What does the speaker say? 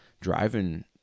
driving